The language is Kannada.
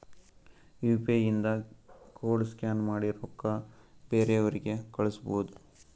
ಯು ಪಿ ಐ ಇಂದ ಕೋಡ್ ಸ್ಕ್ಯಾನ್ ಮಾಡಿ ರೊಕ್ಕಾ ಬೇರೆಯವ್ರಿಗಿ ಕಳುಸ್ಬೋದ್